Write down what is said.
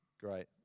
Great